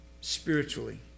spiritually